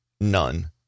none